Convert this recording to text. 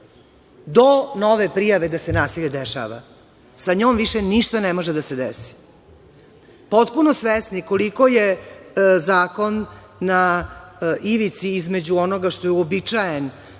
do nove prijave da se nasilje dešava, sa njom više ništa ne može da se desi. Potpuno svesni koliko je zakon na ivici između onoga što je uobičajen